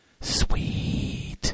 Sweet